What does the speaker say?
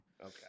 Okay